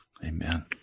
Amen